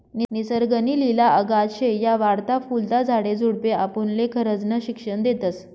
निसर्ग नी लिला अगाध शे, या वाढता फुलता झाडे झुडपे आपुनले खरजनं शिक्षन देतस